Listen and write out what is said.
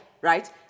right